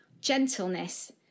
gentleness